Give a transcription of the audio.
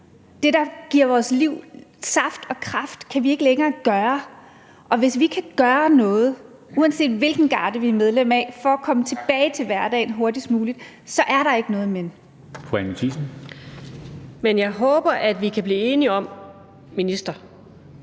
Det, der giver vores liv saft og kraft, kan vi ikke længere gøre. Og hvis vi kan gøre noget – uanset hvilken garde vi er medlem af – for at komme tilbage til hverdagen hurtigst muligt, så er der ikke noget men. Kl. 17:35 Formanden (Henrik Dam